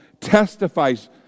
testifies